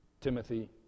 Timothy